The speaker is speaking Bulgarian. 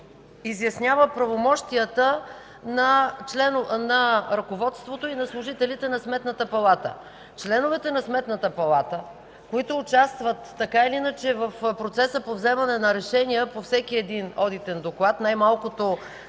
изяснява правомощията на ръководството и на служителите на Сметната палата. Членовете на Сметната палата, които участват в процеса по вземане на решения по всеки един одитен доклад, най-малкото